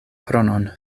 kronon